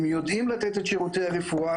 הם יודעים לתת את שירותי הרפואה,